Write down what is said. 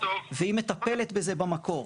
והיא מטפלת בזה במקור.